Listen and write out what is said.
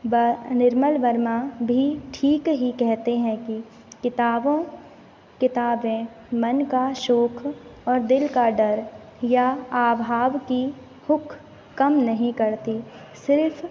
ब निर्मल वर्मा भी ठीक ही कहते हैं कि किताबों किताबें मन का शौक और दिल का डर या अभाव की हूक कम नहीं करती सिर्फ़